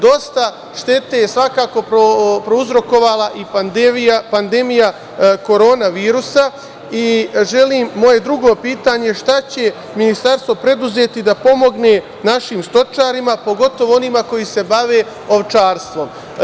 Dosta štete je svakako prouzrokovala i pandemija korona virusa i želim, moje drugo pitanje, šta će Ministarstvo preduzeti da pomogne našim stočarima, pogotovo onima koji se bave ovčarstvom?